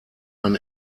ein